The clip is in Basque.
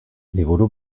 liburu